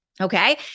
okay